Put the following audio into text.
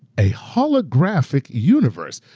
a holographic universe?